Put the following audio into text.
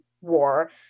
war